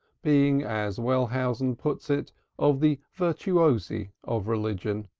being as wellhausen puts it of the virtuosi of religion.